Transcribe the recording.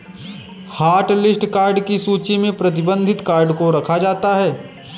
hotlist card की सूची में प्रतिबंधित कार्ड को रखा जाता है